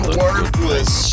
worthless